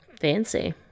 Fancy